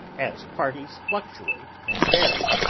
as parties fluctuate and vary,